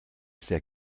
sehr